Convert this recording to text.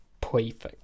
Perfect